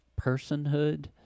personhood